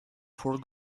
for